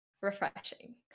refreshing